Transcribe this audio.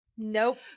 Nope